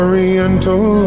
Oriental